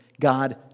God